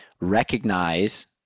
recognize